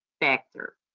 factor